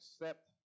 accept